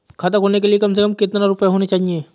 खाता खोलने के लिए कम से कम कितना रूपए होने चाहिए?